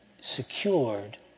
secured